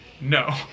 No